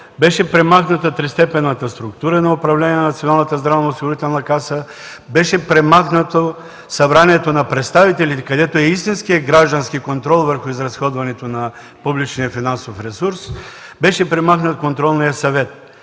Беше премахната тристепенната структура на управление на Националната здравноосигурителна каса, беше премахнато Събранието на представителите, където е истинският граждански контрол върху изразходването на публичния финансов ресурс, беше премахнат Контролният съвет.